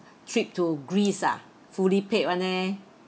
trip to greece ah fully paid [one] eh